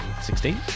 16